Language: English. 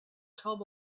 top